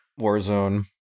Warzone